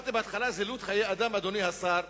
אמרתי בהתחלה "זילות חיי אדם", אדוני השר,